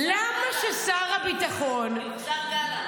למה ששר הביטחון -- יוחזר גלנט.